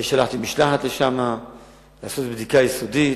שלחתי משלחת לשם לעשות בדיקה יסודית,